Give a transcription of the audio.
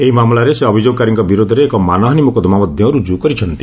ଏହି ମାମଲାରେ ସେ ଅଭିଯୋଗକାରୀଙ୍କ ବିରୋଧରେ ଏକ ମାନହାନୀ ମୋକଦ୍ଦମା ମଧ୍ୟ ରୁଜୁ କରିଛନ୍ତି